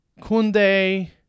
Kunde